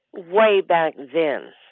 way back then,